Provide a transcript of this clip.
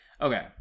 okay